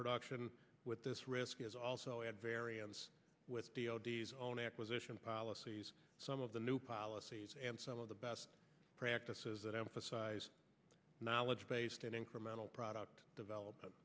production with this risk is also at variance with d o d s own acquisition policies some of the new policies and some of the best practices that emphasize knowledge based in incremental product development